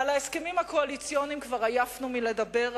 ועל ההסכמים הקואליציוניים כבר עייפנו מלדבר,